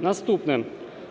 Наступне.